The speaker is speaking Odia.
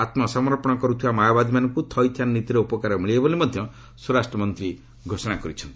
ଆମ୍ସମର୍ପଣ କରୁଥିବା ମାଓବାଦୀମାନଙ୍କୁ ଥଇଥାନ ନୀତିର ଉପକାର ମିଳିବ ବୋଲି ସ୍ୱରାଷ୍ଟ୍ରମନ୍ତ୍ରୀ କହିଛନ୍ତି